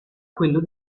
quello